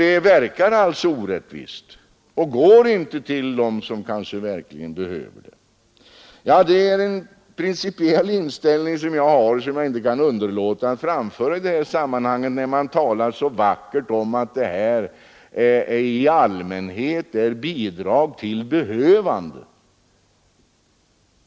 Det verkar alltså orättvist, och pengarna går inte till dem som kanske verkligen behöver dem. Detta är en principiell inställning som jag har och som jag inte kan underlåta att framföra i detta sammanhang när man talar så vackert om att det i allmänhet är fråga om bidrag till behövande.